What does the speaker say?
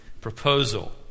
proposal